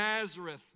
Nazareth